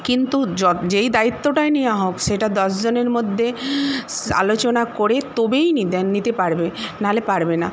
কিন্তু য যেই দায়িত্বটাই নেওয়া হোক সেটা দশজনের মধ্যে আলোচনা করে তবেই নিদ নিতে পারবে নাহলে পারবে না